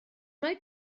mae